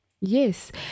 Yes